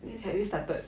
then